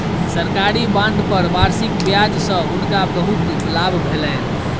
सरकारी बांड पर वार्षिक ब्याज सॅ हुनका बहुत लाभ भेलैन